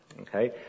Okay